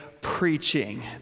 preaching